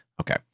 Okay